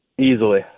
Easily